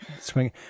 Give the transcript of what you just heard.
swing